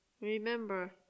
Remember